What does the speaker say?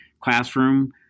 classroom